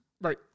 Right